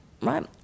right